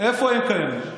איפה הם קיימים?